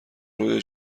رویا